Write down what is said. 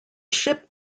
ship